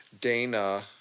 dana